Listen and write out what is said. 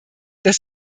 dass